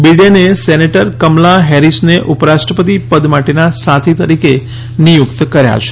બિડેને senator Kamala હેરિસને ઉપરાષ્ટ્રપતિ પદ માટેના સાથી તરીકે નિયુક્ત કર્યા છે